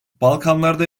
balkanlarda